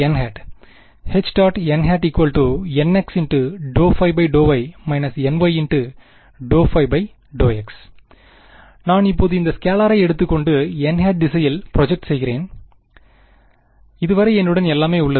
H·n nx∂ϕ∂y−ny∂ϕ∂x நான் இப்போது இந்த ஸ்கேலாரை எடுத்துக்கொண்டு n திசையில் ப்ரோஜெக்ட் செய்கிறேன் இதுவரை என்னுடன் எல்லாமே உள்ளது